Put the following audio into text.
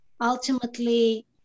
Ultimately